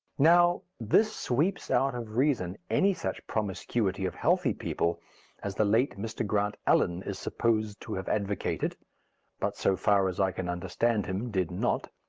now, this sweeps out of reason any such promiscuity of healthy people as the late mr. grant allen is supposed to have advocated but, so far as i can understand him, did not.